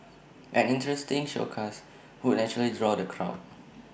an interesting showcase would naturally draw the crowd